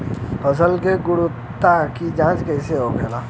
फसल की गुणवत्ता की जांच कैसे होखेला?